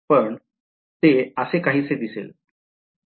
पण ते असे काहीसे दिसेल